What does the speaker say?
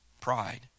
pride